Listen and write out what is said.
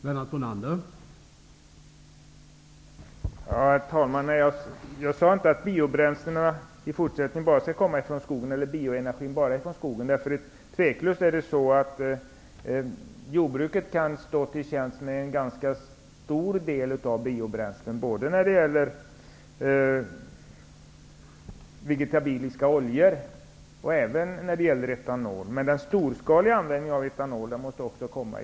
Herr talman! Jag sade inte att bioenergin i fortsättningen bara skall tas från skogen. Utan tvivel kan jordbruket stå till tjänst med ganska mycket av biobränslen när det gäller både vegetabiliska oljor och etanol. Beträffande den storskaliga användningen måste etanol tas från skogen.